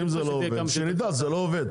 אם זה לא עובד שנדע שזה לא עובד.